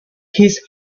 his